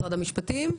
משרד המשפטים.